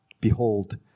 Behold